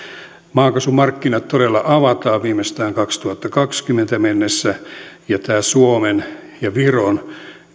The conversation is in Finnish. maakaasumarkkinat todella avataan viimeistään kaksituhattakaksikymmentä mennessä ja tämä suomen ja viron